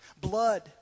blood